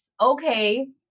Okay